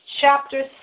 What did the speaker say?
chapter